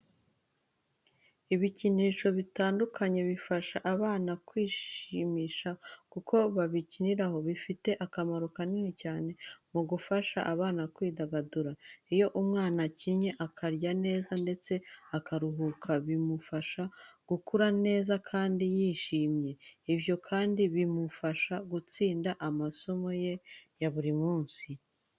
Ibikinisho bitandukanye bifasha abana kwishimisha kuko babikiniraho, bifite akamaro kanini cyane mu gufasha abana kwidagadura. Iyo umwana akinnye, akarya neza ndetse akaruhuka bimufasha gukura neza kandi yishimye. Ibyo kandi bimufasha gutsinda amasomo ye buri munsi.